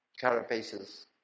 carapaces